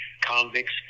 convicts